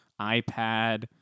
ipad